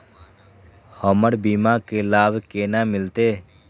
हमर बीमा के लाभ केना मिलते?